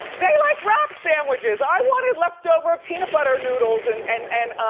they like wrap sandwiches. i wanted leftover peanut butter noodles and and and